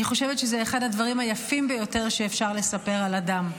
אני חושבת שזה אחד הדברים היפים ביותר שאפשר לספר על אדם.